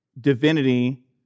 divinity